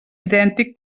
idèntic